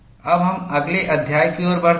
अब हम अगले अध्याय की ओर बढ़ते हैं